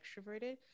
extroverted